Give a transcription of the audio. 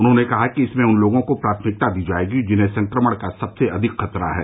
उन्होंने कहा कि इसमें उन लोगों को प्राथमिकता दी जाएगी जिन्हें संक्रमण का सबसे अधिक खतरा है